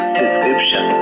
description